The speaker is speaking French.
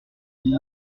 dix